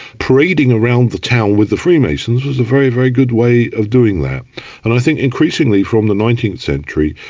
parading around the town with the freemasons was a very, very good way of doing that. and i think increasingly, from the nineteenth century,